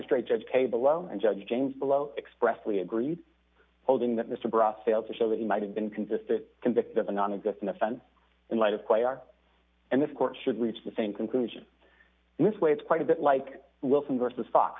magistrate judge k below and judge james below expressly agreed holding that mr bruff failed to show that he might have been consistent convict of a nonexistent offense in light of player and this court should reach the same conclusion in this way it's quite a bit like wilson versus fox